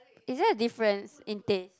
is there a difference in teh